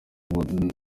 buntu